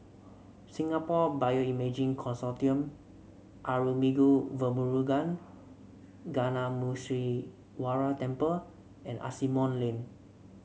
Singapore Bioimaging Consortium Arulmigu Velmurugan Gnanamuneeswarar Temple and Asimont Lane